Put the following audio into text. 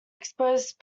exposed